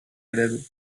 eredu